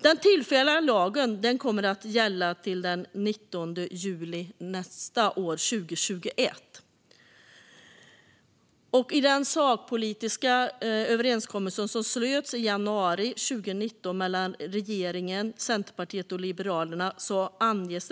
Den tillfälliga lagen kommer att gälla till den 19 juli 2021. I den sakpolitiska överenskommelse som slöts i januari 2019 mellan regeringen, Centerpartiet och Liberalerna anges: